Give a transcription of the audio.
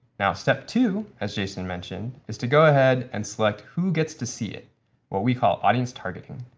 now, step two as jason mentioned, is to go ahead and select who gets to see it what we call audience targeting.